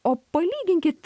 o palyginkit